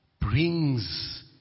brings